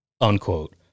unquote